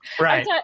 right